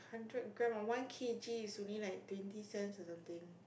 hundred gram or one K_G is only like twenty cents or something